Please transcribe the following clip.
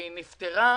והיא נפתרה.